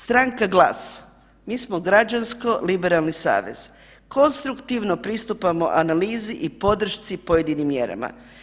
Stranka GLAS, mi smo građansko liberalni savez, konstruktivno pristupamo analizi podršci pojedinim mjerama.